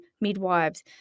midwives